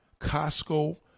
Costco